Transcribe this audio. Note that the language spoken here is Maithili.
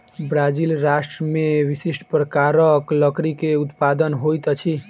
ब्राज़ील राष्ट्र में विशिष्ठ प्रकारक लकड़ी के उत्पादन होइत अछि